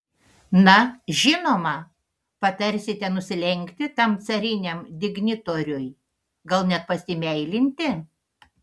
na žinoma patarsite nusilenkti tam cariniam dignitoriui gal net pasimeilinti